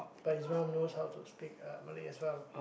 but he's mum knows how to speak uh Malay as well